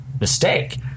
mistake